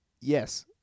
yes